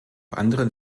anderen